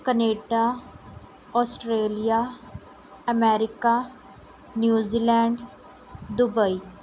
Canada Australia America New Zealand Dubai